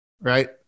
right